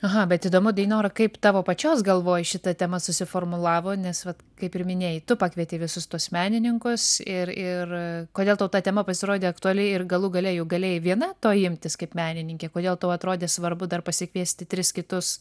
aha bet įdomu deinora kaip tavo pačios galvoj šita tema susiformulavo nes vat kaip ir minėjai tu pakvietei visus tuos menininkus ir ir kodėl tau ta tema pasirodė aktuali ir galų gale juk galėjai viena to imtis kaip menininkė kodėl tau atrodė svarbu dar pasikviesti tris kitus